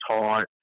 taught